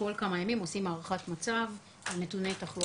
כל כמה ימים אנחנו עושים הערכת מצב עם נתוני תחלואה.